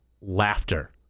laughter